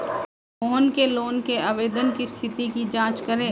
मोहन के लोन के आवेदन की स्थिति की जाँच करें